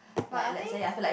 but I think